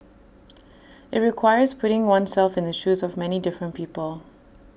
IT requires putting oneself in the shoes of many different people